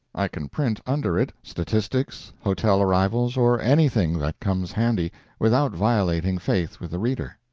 i can print under it statistics, hotel arrivals, or anything that comes handy, without violating faith with the reader.